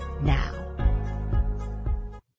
now